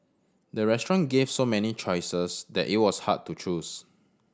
the restaurant gave so many choices that it was hard to choose